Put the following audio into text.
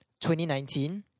2019